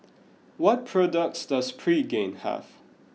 what products does Pregain have